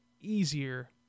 easier